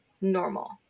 normal